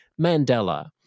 Mandela